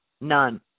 None